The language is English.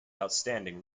outstanding